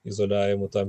izoliavimu tam